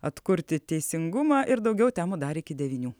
atkurti teisingumą ir daugiau temų dar iki devynių